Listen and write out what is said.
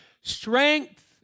strength